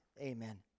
Amen